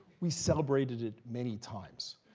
we celebrated it many times.